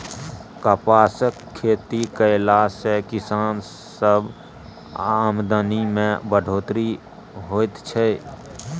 कपासक खेती कएला से किसान सबक आमदनी में बढ़ोत्तरी होएत छै